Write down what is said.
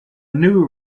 new